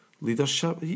leadership